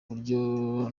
buryo